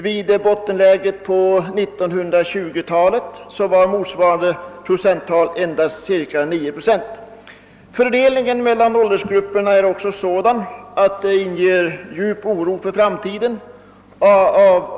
Vid bottenläget på 1920-talet var motsvarande procenttal endast cirka nio. Fördelningen mellan åldersgrupperna av tjänstgörande präster är också sådan att den inger djup oro för framtiden.